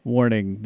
Warning